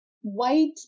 white